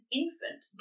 infant